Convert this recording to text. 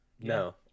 No